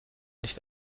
nicht